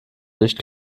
licht